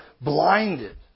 blinded